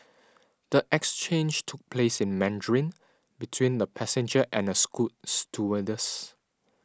the exchange took place in Mandarin between the passenger and a scoot stewardess